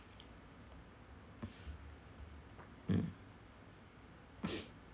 mm